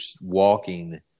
walking